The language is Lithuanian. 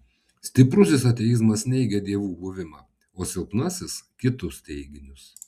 stiprusis ateizmas neigia dievų buvimą o silpnasis kitus teiginius